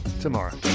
tomorrow